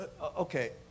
okay